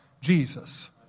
Jesus